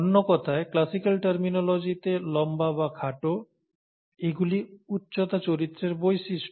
অন্য কথায় ক্লাসিকাল টার্মিনোলজিতে লম্বা এবং খাটো এগুলি উচ্চতা চরিত্রের বৈশিষ্ট্য